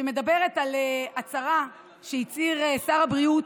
שמדברת על הצהרה שהצהיר שר הבריאות,